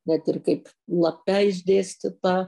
net ir kaip lape išdėstyta